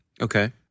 Okay